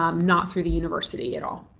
um not through the university at all.